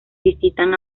visitan